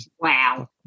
Wow